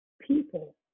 people